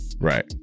right